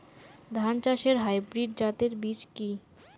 ধান চাষের হাইব্রিড জাতের বীজ কি?